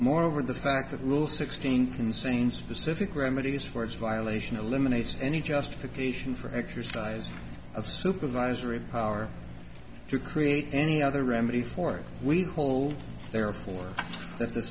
moreover the fact that rule sixteen the same specific remedies for its violation eliminates any justification for exercise of supervisory power to create any other remedy for we hold therefore that the